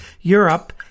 Europe